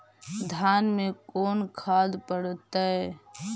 धान मे कोन खाद पड़तै?